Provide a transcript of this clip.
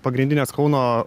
pagrindinės kauno